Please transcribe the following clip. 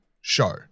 show